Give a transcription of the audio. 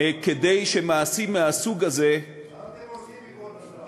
כדי שמעשים מהסוג הזה, מה אתם עושים, כבוד השר?